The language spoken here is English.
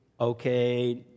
okay